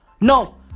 no